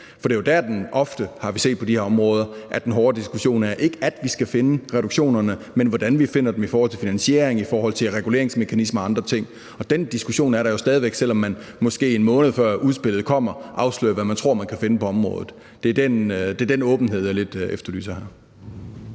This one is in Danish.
For det er jo ofte dér – har vi set på de her områder – den hårde diskussion er, altså ikke at vi skal finde reduktionerne, men hvordan vi finder dem i forhold til finansiering, i forhold til reguleringsmekanismer og andre ting. Og den diskussion er der jo stadig væk, selv om man måske, en måned før udspillet kommer, afslører, hvad man tror man kan finde på området. Det er den åbenhed, jeg lidt efterlyser her.